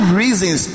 reasons